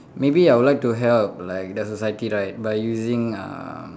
maybe I would like to help like the society right by using um